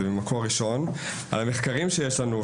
לפי המחקרים שיש לנו,